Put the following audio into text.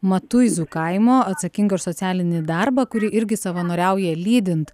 matuizų kaimo atsakinga už socialinį darbą kuri irgi savanoriauja lydint